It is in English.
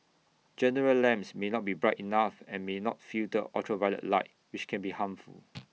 general lamps may not be bright enough and may not filter ultraviolet light which can be harmful